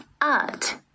art